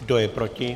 Kdo je proti?